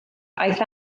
aeth